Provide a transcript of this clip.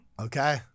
Okay